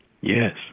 Yes